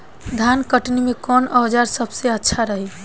धान कटनी मे कौन औज़ार सबसे अच्छा रही?